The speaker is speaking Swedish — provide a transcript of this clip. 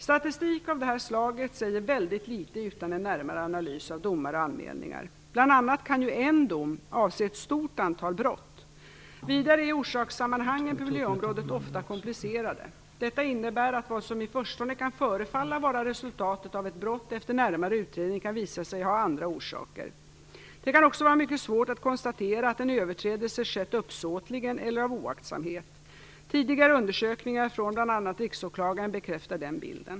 Statistik av detta slag säger väldigt litet utan en närmare analys av domar och anmälningar. Bl.a. kan ju en dom avse ett stort antal brott. Vidare är orsakssammanhangen på miljöområdet ofta komplicerade. Detta innebär att vad som i förstone kan förefalla vara resultatet av ett brott efter närmare utredning kan visa sig ha andra orsaker. Det kan också vara mycket svårt att konstatera att en överträdelse skett uppsåtligen eller av oaktsamhet. Tidigare undersökningar från bl.a. Riksåklagaren bekräftar denna bild.